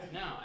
no